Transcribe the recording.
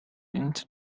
into